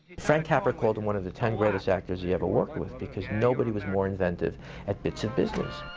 frank capra called him one of the ten greatest actors he ever worked with, because nobody was more inventive at bits of business.